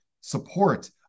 support